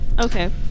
Okay